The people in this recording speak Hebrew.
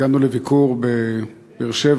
הגענו לביקור בבאר-שבע,